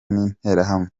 n’interahamwe